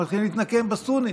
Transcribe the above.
מתחילים להתנקם בסונים,